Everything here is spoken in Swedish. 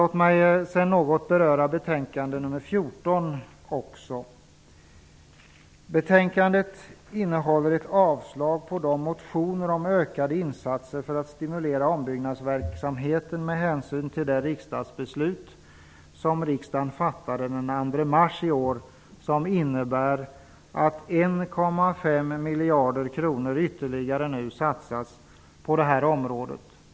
Låt mig också något beröra betänkande nr 14. I betänkandet yrkas avslag på de motioner om ökade insatser för att stimulera ombyggnadsverksamheten med hänsyn till det beslut som riksdagen fattade den 2 mars i år och som innebär att ytterligare 1,5 miljarder kronor satsas på detta område.